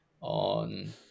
on